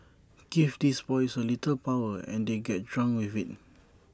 give these boys A little power and they get drunk with IT